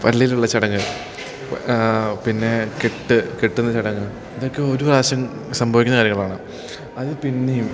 പള്ളിയിലുള്ള ചടങ്ങ് പിന്നെ കെട്ട് കെട്ടുന്ന ചടങ്ങ് ഇതൊക്കെ ഒരു പ്രാവശ്യം സംഭവിക്കുന്ന കാര്യങ്ങളാണ് അതു പിന്നെയും